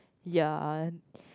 yeah